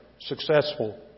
successful